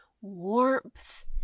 warmth